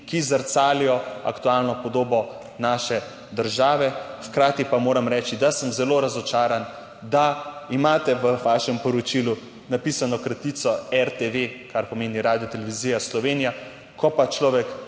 ki zrcalijo aktualno podobo naše države. Hkrati pa moram reči, da sem zelo razočaran, da imate v vašem poročilu napisano kratico RTV, kar pomeni Radiotelevizija Slovenija, ko pa človek